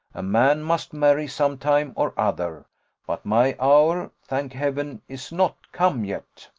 a man must marry some time or other but my hour, thank heaven, is not come yet.